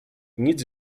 nic